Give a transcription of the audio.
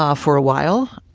ah for a while,